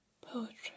poetry